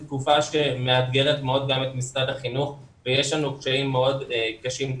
תקופה שמאתגרת גם את משרד החינוך ויש לנו קשיים גם מולו.